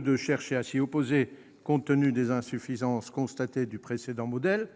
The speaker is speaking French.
de chercher à s'y opposer compte tenu des insuffisances constatées du précédent modèle,